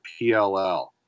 PLL